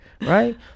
Right